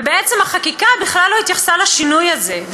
ובעצם החקיקה בכלל לא התייחסה לשינוי הזה.